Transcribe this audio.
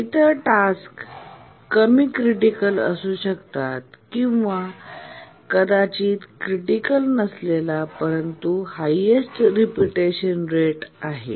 इतर टास्क कमी क्रिटिकल असू शकतात किंवा कदाचित क्रिटिकल नसलेला परंतु हायएस्ट रिपीटेशन रेट आहे